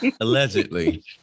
allegedly